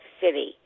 City